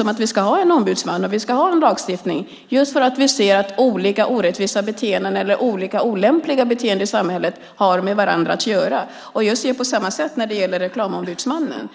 om att vi ska ha en ombudsman och en lagstiftning, eftersom olika orättvisa eller olämpliga beteenden i samhället har med varandra att göra. Jag ser det på samma sätt när det gäller Reklamombudsmannen.